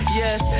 yes